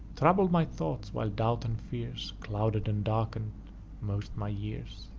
troubled my thoughts while doubts and fears clouded and darken'd most my years.